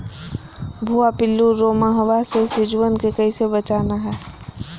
भुवा पिल्लु, रोमहवा से सिजुवन के कैसे बचाना है?